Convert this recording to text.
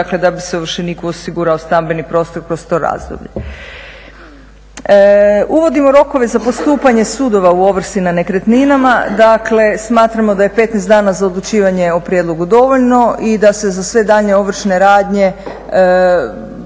dakle da bi se ovršeniku osigurao stambeni prostor kroz to razdoblje. Uvodimo rokove za postupanje sudova u ovrsi na nekretninama. Dakle, smatramo da je 15 dana za odlučivanje o prijedlogu dovoljno i da se za sve daljnje ovršne radnje